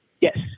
Yes